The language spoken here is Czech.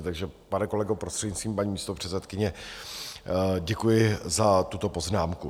Takže, pane kolego, prostřednictvím paní místopředsedkyně, děkuji za tuto poznámku.